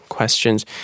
Questions